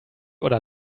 oder